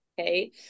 Okay